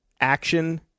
action